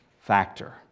factor